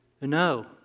No